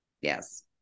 Yes